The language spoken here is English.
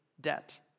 debt